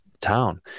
town